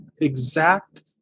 exact